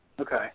Okay